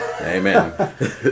Amen